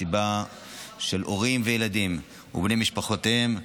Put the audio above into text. מסיבה של הורים וילדים ובני משפחותיהם,